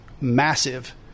massive